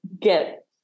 get